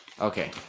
Okay